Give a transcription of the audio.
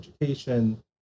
education